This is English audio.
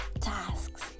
tasks